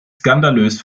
skandalös